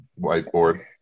Whiteboard